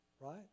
right